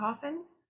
coffins